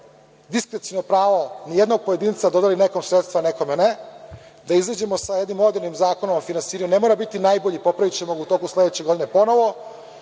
diskreciono pravo nijednog pojedinca da dodeli nekom sredstva, a nekome ne, da izađemo sa jednim modernim zakonom o finansiranju. Ne mora biti najbolji, popravićemo ga u toku sledeće godine ponovo.